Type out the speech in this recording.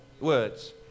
words